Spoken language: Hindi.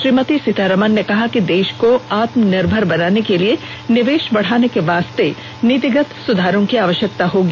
श्रीमती सीतारामन ने कहा कि देश को आत्मनिर्भर बनाने के लिए निवेश बढाने के वास्ते नीतिगत सुधारों की आवश्यकता होगी